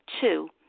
two